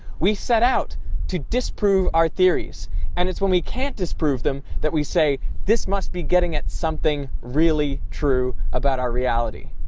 we set out to disprove our theories and it's when can't disprove them that we say this must be getting at something really true about our reality.